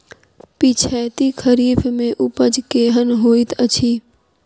पिछैती खरीफ मे उपज केहन होइत अछि?